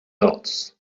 dots